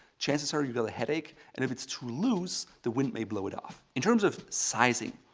chances are, you've got a headache, and if it's too loose, the wind may blow it off. in terms of sizing,